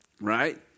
Right